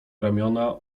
ramiona